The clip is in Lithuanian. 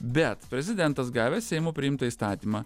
bet prezidentas gavęs seimo priimtą įstatymą